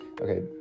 Okay